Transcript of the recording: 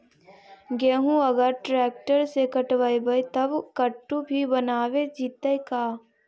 गेहूं अगर ट्रैक्टर से कटबइबै तब कटु भी बनाबे जितै का?